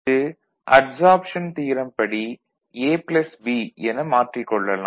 இது absorption theorem படி A B என மாற்றிக் கொள்ளலாம்